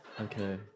okay